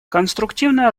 конструктивная